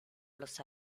los